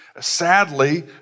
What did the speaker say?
sadly